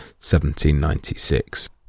1796